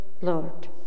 Lord